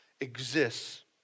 exists